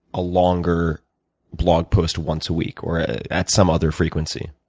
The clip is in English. a longer blog post once a week or at some other frequency?